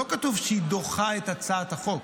לא כתוב שהיא דוחה את הצעת החוק,